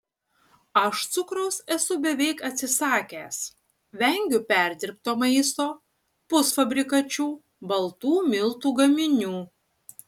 aš cukraus esu beveik atsisakęs vengiu perdirbto maisto pusfabrikačių baltų miltų gaminių